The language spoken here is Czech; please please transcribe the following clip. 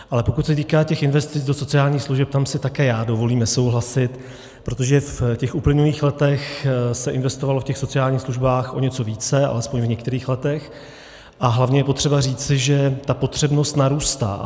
Ale pokud se týká těch investic do sociálních služeb, tam si také já dovolím nesouhlasit, protože v těch uplynulých letech se investovalo v sociálních službách o něco více, alespoň v některých letech, a hlavně je potřeba říci, že ta potřebnost narůstá.